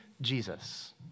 Jesus